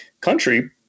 country